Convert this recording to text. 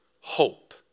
hope